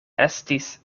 estis